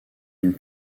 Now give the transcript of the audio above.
une